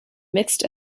mixed